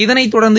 இதனைத் தொடர்ந்து